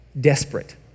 desperate